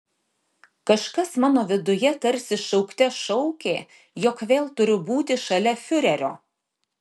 kažkas mano viduje tarsi šaukte šaukė jog vėl turiu būti šalia fiurerio